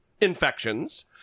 infections